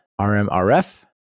RMRF